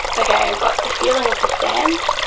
okay, i've got the feeling of the sand,